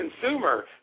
consumer